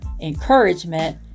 encouragement